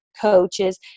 coaches